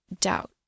doubt